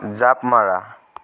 জাঁপ মৰা